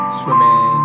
swimming